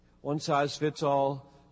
one-size-fits-all